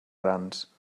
grans